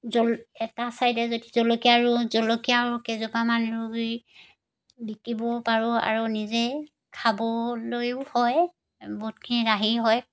জল এটা ছাইডে যদি জলকীয়া ৰুওঁ জলকীয়াও কেইজোপামান ৰুই বিকিবও পাৰোঁ আৰু নিজে খাবলৈও হয় বহুতখিনি ৰাহি হয়